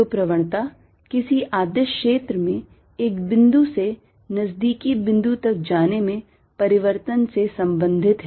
तो प्रवणता किसी अदिश क्षेत्र में एक बिंदु से नजदीकी बिंदु तक जाने में परिवर्तन से संबंधित है